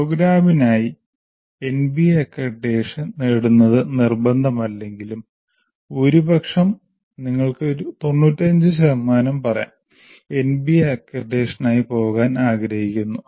പ്രോഗ്രാമിനായി NBA accreditation നേടുന്നത് നിർബന്ധമല്ലെങ്കിലും ഭൂരിപക്ഷം നിങ്ങൾക്ക് തൊണ്ണൂറ്റഞ്ചു ശതമാനം പറയാം എൻബിഎ അക്രഡിറ്റേഷനായി പോകാൻ ആഗ്രഹിക്കുന്നു